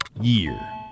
Year